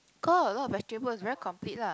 got a lot of vegetables very complete lah